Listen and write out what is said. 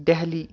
Delhi